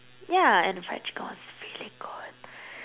yeah and the fried chicken was really good